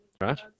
right